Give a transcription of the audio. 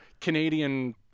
Canadian